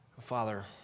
Father